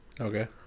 Okay